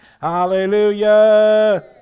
Hallelujah